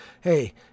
Hey